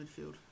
midfield